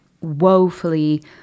woefully